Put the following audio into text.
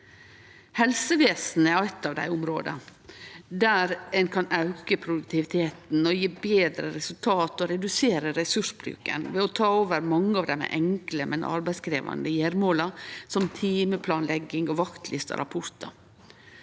Helsevesenet er eitt av dei områda der ein kan auke produktiviteten, gje betre resultat og redusere resursbruken ved å la KI ta over mange av dei enkle, men arbeidskrevjande gjeremåla som timeplanlegging, vaktlister og rapportar.